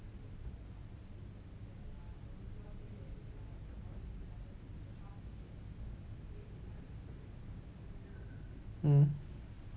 mm